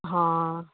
ହଁ